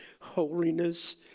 holiness